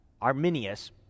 Arminius